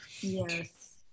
Yes